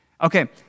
Okay